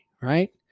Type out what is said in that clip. right